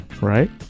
Right